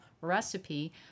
recipe